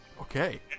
Okay